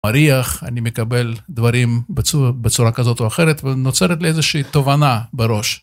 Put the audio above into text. אריח, אני מקבל דברים בצורה כזאת או אחרת ונוצרת לי איזושהי תובנה בראש.